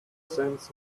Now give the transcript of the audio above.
sense